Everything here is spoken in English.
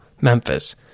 Memphis